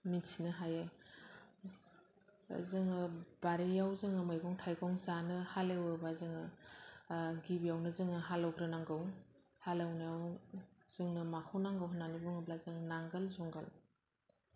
मिथिनो हायो जोङो बारियाव जोङो मैगं थाइगं जानो हालेवोबा जोङो गिबियावनो जोङो हालेवग्रो नांगौ हालेवनायाव जोंनो माखौ नांगौ होन्नानै बुङोबोला जों नांगोल जुंगाल